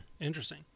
Interesting